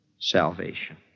salvation